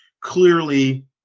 clearly